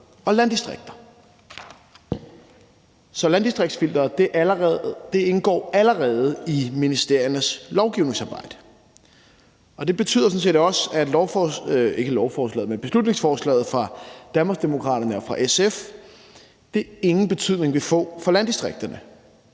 og landdistrikter. Så landdistriktsfilteret indgår allerede i ministeriernes lovgivningsarbejde, og det betyder sådan set også, at beslutningsforslaget fra Danmarksdemokraterne og SF ingen betydning vil få for landdistrikterne,